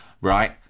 right